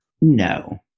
No